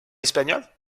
espagnol